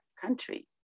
country